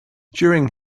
during